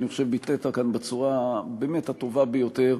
אני חושב שביטאת כאן באמת בצורה הטובה ביותר,